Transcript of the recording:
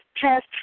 test